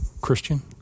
Christian